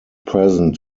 present